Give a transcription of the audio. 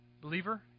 believer